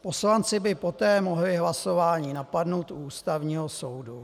Poslanci by poté mohli hlasování napadnout u Ústavního soudu.